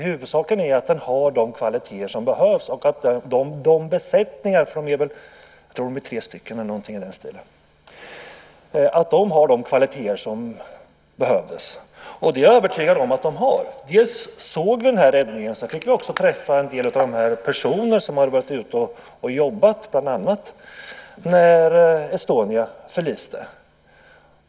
Huvudsaken är ju att den har de kvaliteter som behövs och att besättningen, som jag tror består av tre personer, har de kvaliteter som behövs. Och jag är övertygad om att så är fallet. Dels fick vi se räddningen, dels fick vi träffa en del av de personer som var ute och jobbade när Estonia förliste.